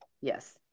Yes